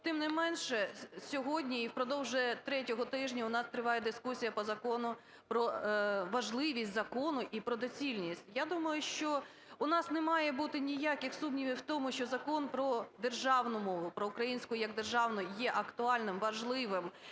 Тим не менше, сьогодні і впродовж вже третього тижня в нас триває дискусія по закону… про важливість закону і про доцільність. Я думаю, що в нас немає бути ніяких сумнівів в тому, що Закон про державну мову, про українську як державну, є актуальним, важливим,